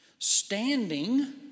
Standing